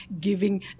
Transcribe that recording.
giving